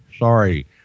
Sorry